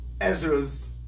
Ezra's